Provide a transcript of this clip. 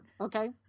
okay